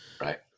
Right